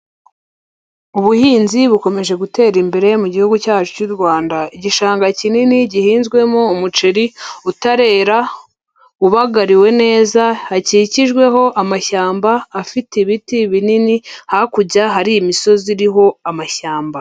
Ubuhinzi bukomeje gutera imbere mu gihugu cyacu cy'u Rwanda, igishanga kinini gihinzwemo umuceri utarera ubagariwe neza, hakikijweho amashyamba afite ibiti binini hakurya hari imisozi iriho amashyamba.